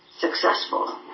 successful